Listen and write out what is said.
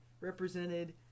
represented